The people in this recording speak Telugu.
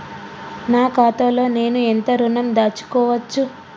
నా ఖాతాలో నేను ఎంత ఋణం దాచుకోవచ్చు?